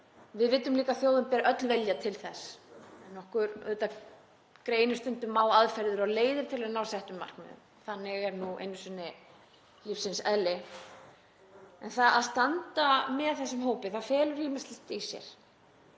Við vitum líka að þjóðin ber öll vilja til þess en okkur greinir stundum á um aðferðir og leiðir til að ná settum markmiðum. Þannig er nú einu sinni lífsins eðli. Það að standa með þessum hópi felur ýmislegt í sér.